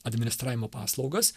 administravimo paslaugas